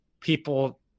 people